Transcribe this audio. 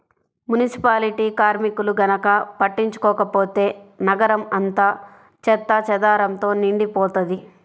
municipality కార్మికులు గనక పట్టించుకోకపోతే నగరం అంతా చెత్తాచెదారంతో నిండిపోతది